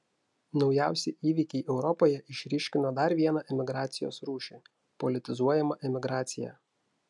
naujausi įvykiai europoje išryškino dar vieną emigracijos rūšį politizuojamą emigraciją